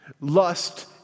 lust